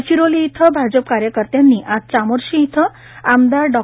गडचिरोली इथं भाजप कार्यकर्त्यांनी आज चामोर्शी येथे आमदार डॉ